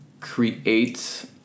create